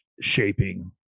shaping